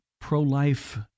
pro-life